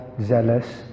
zealous